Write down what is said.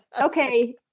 Okay